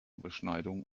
beschneidung